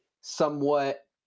somewhat